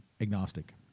agnostic